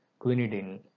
quinidine